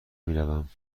میروم